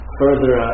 further